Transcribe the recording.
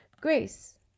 Grace